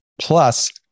Plus